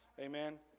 Amen